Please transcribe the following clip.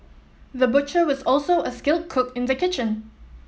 the butcher was also a skilled cook in the kitchen